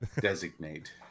Designate